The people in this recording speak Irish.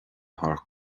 thar